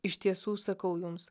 iš tiesų sakau jums